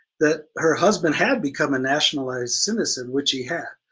that her husband had become a naturalized citizen, which he had.